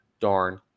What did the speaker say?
darn